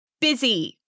busy